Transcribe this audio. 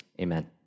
Amen